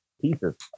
pieces